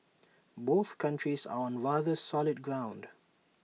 both countries are on rather solid ground